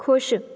ਖੁਸ਼